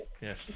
yes